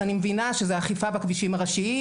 אז אני מבינה שזאת אכיפה בכבישים הראשיים,